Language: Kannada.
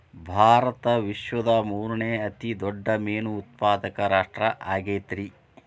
ಭಾರತ ವಿಶ್ವದ ಮೂರನೇ ಅತಿ ದೊಡ್ಡ ಮೇನು ಉತ್ಪಾದಕ ರಾಷ್ಟ್ರ ಆಗೈತ್ರಿ